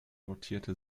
notierte